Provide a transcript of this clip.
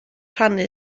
rhannu